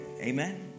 Amen